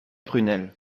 prunelle